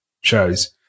shows